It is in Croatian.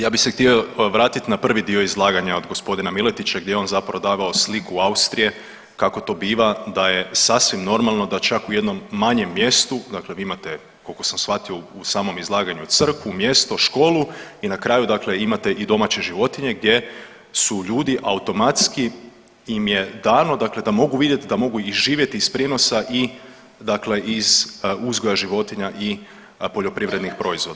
Ja bih se htio obratiti na prvi dio izlaganja od gospodina Miletića, gdje je on zapravo davao sliku Austrije kako to biva da je sasvim normalno da čak u jednom manjem mjestu, dakle vi imate koliko sam shvatio u samom izlaganju crkvu, mjesto, školu i na kraju, dakle imate i domaće životinje gdje su ljudi automatski im je dano, dakle da mogu vidjeti, da mogu živjeti iz prinosa i dakle uzgoja životinja i poljoprivrednih proizvoda.